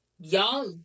y'all